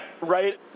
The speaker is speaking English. Right